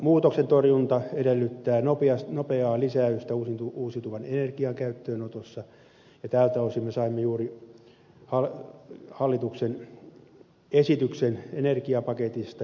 ilmastonmuutoksen torjunta edellyttää nopeaa lisäystä uusiutuvan energian käyttöönotossa ja tältä osin me saimme juuri hallituksen esityksen energiapaketista